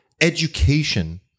education